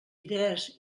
idees